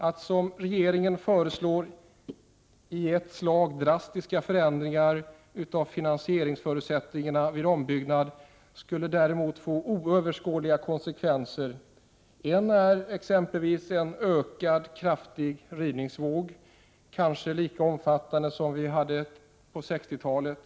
Att som regeringen föreslår i ett slag drastiskt förändra finansieringsförutsättningarna vid ombyggnad skulle däremot få oöverskådliga konsekvenser. En är en kraftigt ökad rivningsvåg, kanske lika omfattande som den som vi hade på 1960-talet.